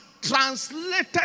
translated